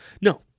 no